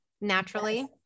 naturally